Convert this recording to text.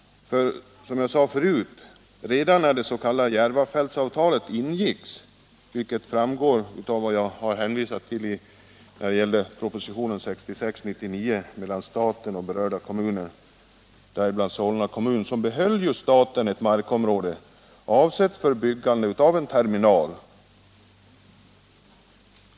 Jag sade tidigare att redan när det s.k. Järvafältsavtalet ingicks — vilket framgår av vad jag hänvisade till när det gäller propositionen 1966:99 mellan staten och berörda kommuner, däribland Solna kommun +— behöll staten ett markområde avsett för byggande av en terminal.